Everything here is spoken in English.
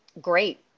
great